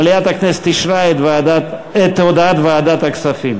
מליאת הכנסת אישרה את הודעת ועדת הכספים.